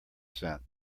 sent